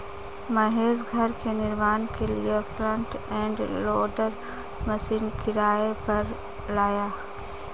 महेश घर के निर्माण के लिए फ्रंट एंड लोडर मशीन किराए पर लाया